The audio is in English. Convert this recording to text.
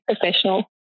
professional